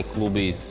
will be so